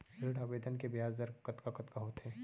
ऋण आवेदन के ब्याज दर कतका कतका होथे?